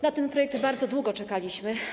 Na ten projekt bardzo długo czekaliśmy.